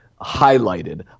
highlighted